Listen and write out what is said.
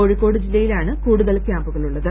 കോഴിക്കോട് ജില്ലയിലാണ് കൂടുതൽ ക്യാമ്പുകളുള്ളത്